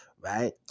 Right